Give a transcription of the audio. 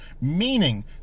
meaning